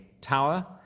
tower